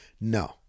No